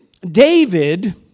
David